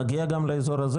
נגיע גם לאזור הזה,